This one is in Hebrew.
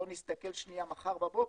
בוא נסתכל שנייה מחר בבוקר.